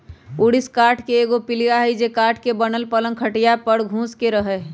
ऊरिस काठ के एगो पिलुआ हई जे काठ के बनल पलंग खटिया पर घुस के रहहै